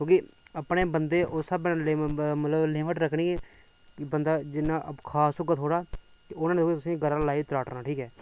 क्योकि अपने बंदे ने उस साह्बै दी मतलव लिमिट रक्खनी कि बंदा जिन्ना खास होगा थोआड़ा उन्न तुसेंगी गल्ल लाई ठीक ऐ